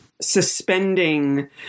suspending